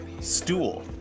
stool